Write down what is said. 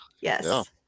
yes